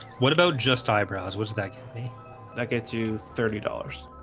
what about just eyebrows? was that kelly that gets you thirty dollars?